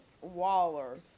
Waller